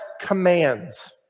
commands